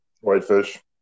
Whitefish